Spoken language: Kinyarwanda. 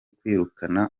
kwirukana